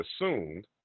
assumed